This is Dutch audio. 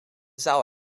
zaal